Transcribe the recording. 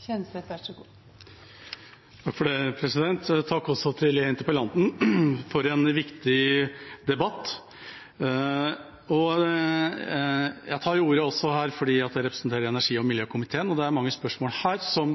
til interpellanten for en viktig debatt. Jeg tar ordet også fordi jeg representerer energi- og miljøkomiteen, og det er mange spørsmål her som